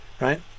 Right